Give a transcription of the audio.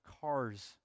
cars